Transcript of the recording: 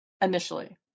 initially